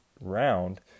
round